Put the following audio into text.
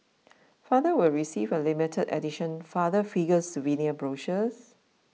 fathers will receive a limited edition Father Figures souvenir brochures